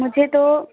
मुझे तो